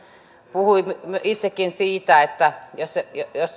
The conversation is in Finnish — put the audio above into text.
puhui itsekin siitä että jos